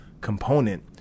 component